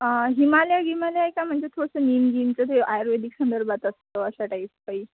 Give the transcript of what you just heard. हिमालय गिमालय आहे का म्हणजे थोडंसं नीमगीमचं ते आयुर्वेदिक संदर्भात असतं अशा टाईप काही